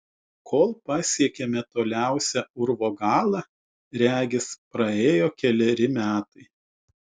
kol pasiekėme toliausią urvo galą regis praėjo keleri metai